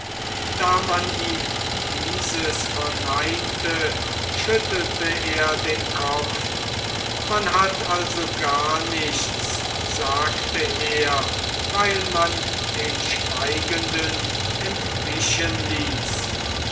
da man ihm dieses verneinte schüttelte er den kopf man hat also gar nichts sagte er weil man den schweigenden entwischen ließ